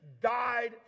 died